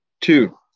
Two